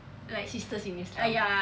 like sisters in islam